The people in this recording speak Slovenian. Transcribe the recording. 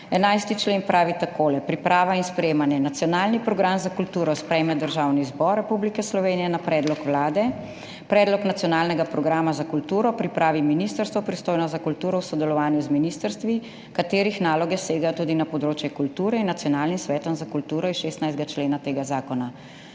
11. člen, priprava in sprejemanje, pravi tako: »Nacionalni program za kulturo sprejme Državni zbor Republike Slovenije na predlog Vlade Republike Slovenije. Predlog nacionalnega programa za kulturo pripravi ministrstvo, pristojno za kulturo, v sodelovanju z ministrstvi, katerih naloge segajo tudi na področje kulture, in nacionalnim svetom za kulturo iz 16. člena tega zakona.«